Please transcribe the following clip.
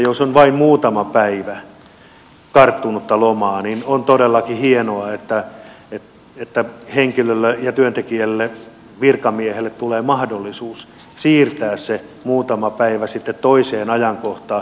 jos on vain muutama päivä karttunutta lomaa niin on todellakin hienoa että henkilölle ja työntekijälle virkamiehelle tulee mahdollisuus siirtää se muutama päivä sitten toiseen ajankohtaan